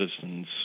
citizens